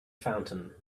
fountain